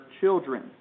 children